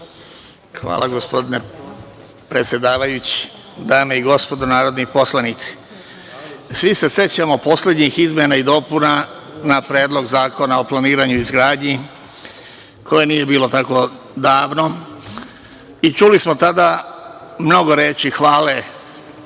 Hvala, gospodine predsedavajući. Dame i gospodo narodni poslanici, svi se sećamo poslednjih izmena i dopuna na Predlog zakona o planiranju i izgradnji koje nije bilo tako davno. Čuli smo tada mnogo reči hvale